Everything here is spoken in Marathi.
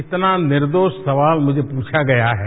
कितना निर्द्रोष सवाल मुझे पुछा गया है